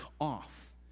off